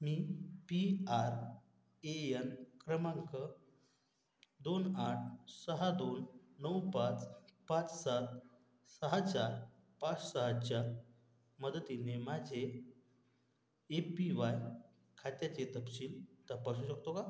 me P R A N क्रमांक दोन आठ सहा दोन नऊ पाच पाच सात सहा चार पाच सहाच्या मदतीने माझे ए पी वाय खात्याचे तपशील तपासू शकतो का